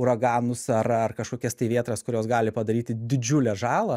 uraganus ar ar kažkokias tai vėtras kurios gali padaryti didžiulę žalą